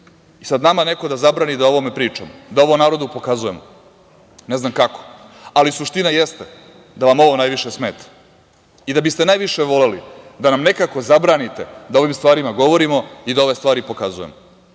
sada nama neko da zabrani da o ovome pričamo, da ovo narodu pokazujemo. Ne znam kako? Ali suština jeste da vam ovo najviše smeta i da biste najviše voleli da nam nekako zabranite da o ovim stvarima govorimo i da ove stvari pokazujemo.